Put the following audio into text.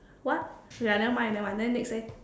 what okay ah nevermind nevermind then next eh